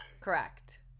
Correct